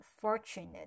fortunate